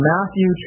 Matthew